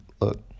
look